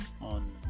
on